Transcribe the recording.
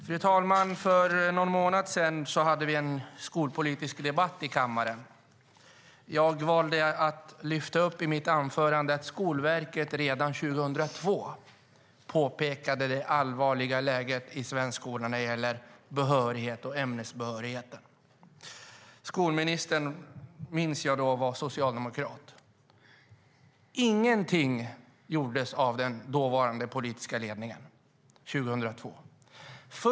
Fru talman! För någon månad sedan hade vi en skolpolitisk debatt i kammaren. Jag valde att i mitt anförande lyfta upp att Skolverket redan 2002 påpekade det allvarliga läget i svensk skola vad gäller behörighet och ämnesbehörighet. Skolministern minns jag då var socialdemokrat. Ingenting gjordes av den dåvarande politiska ledningen 2002.